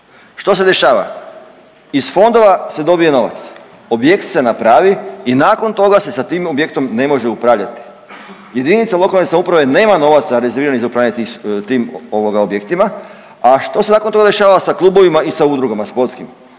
Što se dešava? Iz fondova se dobije novac, objekt se napravi i nakon toga se sa tim objektom ne može upravljati, JLS nema novac rezervirani za upravljanje tim ovoga objektima, a što se nakon toga dešava sa klubovima i sa udrugama sportskim?